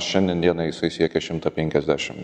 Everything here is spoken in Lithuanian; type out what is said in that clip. šiandien dienai jisai siekė šimtą penkiasdešim